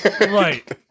right